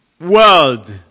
world